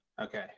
okay